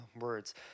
words